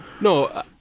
no